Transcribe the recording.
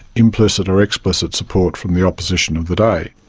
implicit or explicit support from the opposition of the day.